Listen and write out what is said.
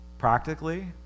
Practically